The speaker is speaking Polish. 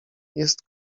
jest